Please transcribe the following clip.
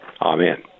Amen